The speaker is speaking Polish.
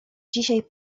dzisiaj